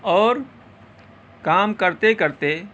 اور کام کرتے کرتے